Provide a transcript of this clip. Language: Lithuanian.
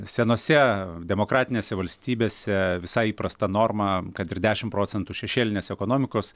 senose demokratinėse valstybėse visai įprasta norma kad ir dešimt procentų šešėlinės ekonomikos